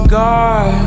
god